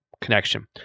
connection